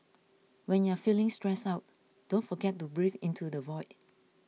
when you are feeling stressed out don't forget to breathe into the void